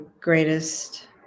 greatest